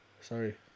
sorry